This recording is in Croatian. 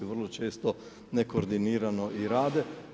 Vrlo često nekoordinirano i rade.